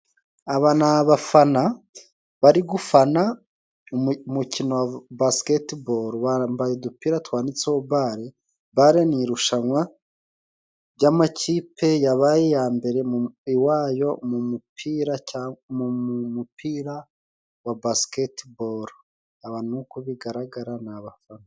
Aba ni abafana bari gufana umukino wa basiketiboro. Bambaye udupira twanditseho bare bare ni irushanwa ry'amakipe yabaye iya mbere iwayo mu mupira, mu mupira wa basiketiboro, aba nkuko bigaragara ni abafana.